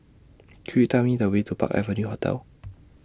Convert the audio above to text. Could YOU Tell Me The Way to Park Avenue Hotel